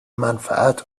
منفعت